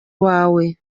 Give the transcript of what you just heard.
wawe